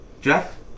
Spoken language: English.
Jeff